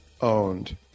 owned